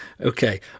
okay